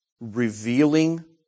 revealing